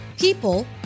people